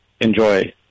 enjoy